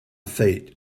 feet